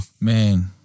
Man